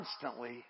constantly